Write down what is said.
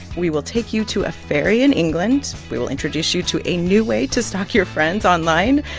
we will take you to a ferry in england. we will introduce you to a new way to stalk your friends online.